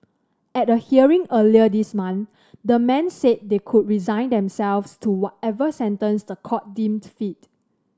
at a hearing earlier this month the men said they could resign themselves to whatever sentence the court deemed fit